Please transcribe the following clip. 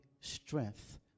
strength